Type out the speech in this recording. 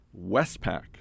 Westpac